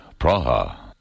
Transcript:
Praha